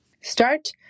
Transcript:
Start